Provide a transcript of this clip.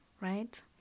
right